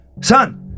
Son